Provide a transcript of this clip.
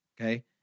okay